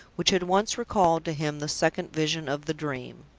which had once recalled to him the second vision of the dream.